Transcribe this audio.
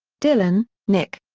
dillon, nick.